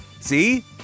See